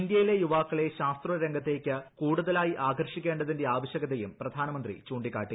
ഇന്ത്യയിലെ യുവാക്കളെ ശാസ്ത്ര രംഗത്തേയ്ക്ക് കൂടുതലായി ആകർഷിക്കേണ്ടതിന്റെ ആവശ്ചകതയും പ്രധാനമന്ത്രി ചൂണ്ടിക്കാട്ടി